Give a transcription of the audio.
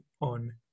on